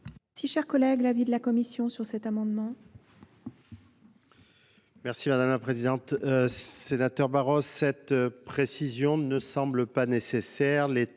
texte. Chers collègues, l'avis de la commission sur cet amendement.